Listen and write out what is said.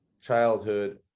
childhood